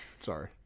sorry